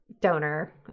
donor